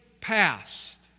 past